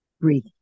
breathe